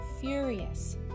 furious